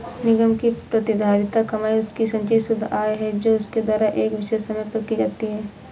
निगम की प्रतिधारित कमाई उसकी संचित शुद्ध आय है जो उसके द्वारा एक विशेष समय पर की जाती है